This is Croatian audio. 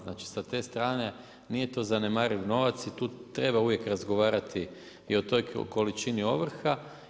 Znači sa te strane nije to zanemariv novac i tu treba uvijek razgovarati i o toj količini ovrha.